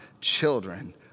children